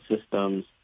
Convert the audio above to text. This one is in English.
systems